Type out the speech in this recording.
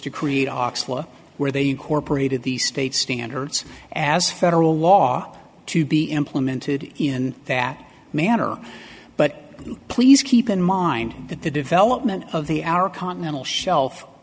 to create oxley where they incorporated the state standards as federal law to be implemented in that manner but please keep in mind that the development of the our continental shelf